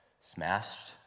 smashed